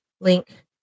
link